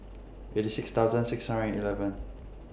eighty six thousand six hundred and eleven